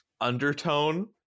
undertone